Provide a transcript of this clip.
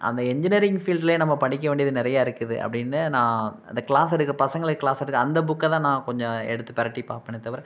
அந்த இன்ஜினியரிங் ஃபீல்டுலே நம்ம படிக்க வேண்டியது நிறையா இருக்குது அப்படின்னு நான் அந்த க்ளாஸ் எடுக்கற பசங்களுக்கு க்ளாஸ் எடுக்கற அந்த புக்கை தான் நான் கொஞ்சம் எடுத்து பிரட்டிப் பார்ப்பனே தவிர